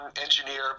engineer